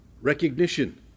recognition